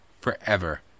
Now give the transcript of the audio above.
forever